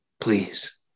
Please